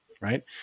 right